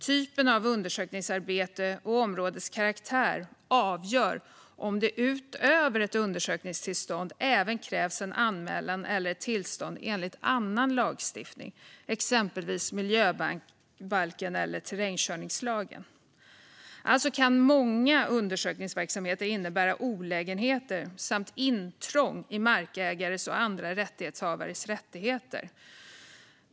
Typen av undersökningsarbete och områdets karaktär avgör om det utöver undersökningstillstånd även krävs anmälan eller tillstånd enligt annan lagstiftning, exempelvis miljöbalken eller terrängkörningslagen. Alltså kan många undersökningsverksamheter innebära olägenheter och intrång i markägares och andra rättighetshavares rättigheter.